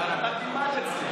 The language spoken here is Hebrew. אתה תלמד את זה.